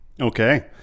Okay